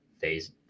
phase